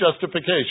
justification